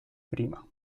prima